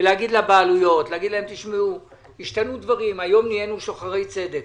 וגם לבעלויות שהשתנו דברים והיום אנחנו שוחרי צדק.